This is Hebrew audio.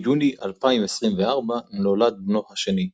ביוני 2024, נולד בנו השני.